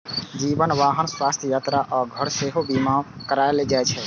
जीवन, वाहन, स्वास्थ्य, यात्रा आ घर के सेहो बीमा कराएल जाइ छै